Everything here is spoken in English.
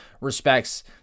respects